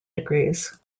degrees